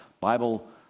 Bible